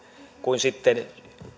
kuin